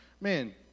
man